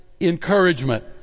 encouragement